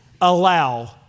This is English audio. allow